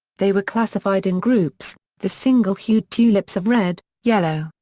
they were classified in groups the single-hued tulips of red, yellow,